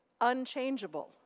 unchangeable